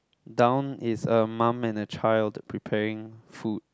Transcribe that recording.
down is a mum and a child preparing food